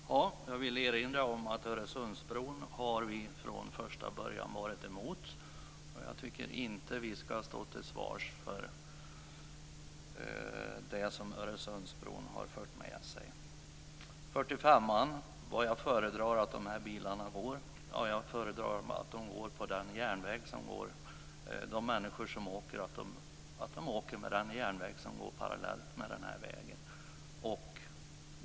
Fru talman! Jag vill erinra om att vi från första början har varit emot Öresundsbron. Jag tycker inte att vi ska stå till svars för det som Öresundsbron har fört med sig. Var föredrar jag att dessa bilar går? Jag föredrar att de människor som åker här åker med den järnväg som går parallellt med vägen.